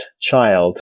child